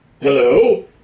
Hello